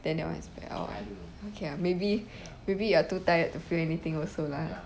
then that one is bad or okay lah maybe maybe you are too tired to feel anything also lah